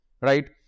right